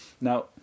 Now